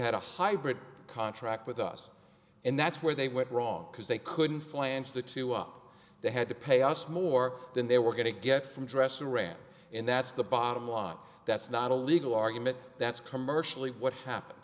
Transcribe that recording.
had a hybrid contract with us and that's where they went wrong because they couldn't flange the two up they had to pay us more than they were going to get from dressing rand and that's the bottom line that's not a legal argument that's commercially what happened